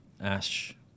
Ash